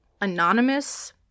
anonymous